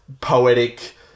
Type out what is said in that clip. poetic